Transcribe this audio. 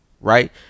right